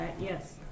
Yes